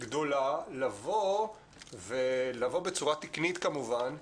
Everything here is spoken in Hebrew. גדולה לבוא בצורה תקנית כמובן,